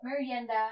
merienda